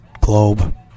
globe